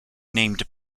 named